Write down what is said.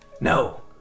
No